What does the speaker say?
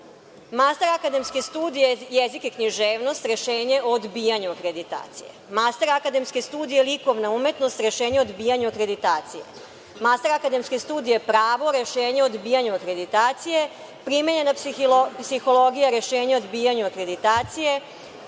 master akademske studije jezik i književnost – rešenje o odbijanju akreditacije, master akademske studije likovna umetnost – rešenje o odbijanju akreditacije, master akademske studije pravo – rešenje o odbijanju akreditacije, primenjena psihologija – rešenje o odbijanju akreditacije,